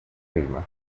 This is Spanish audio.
vilma